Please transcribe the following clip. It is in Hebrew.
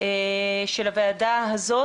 של הוועדה הזאת,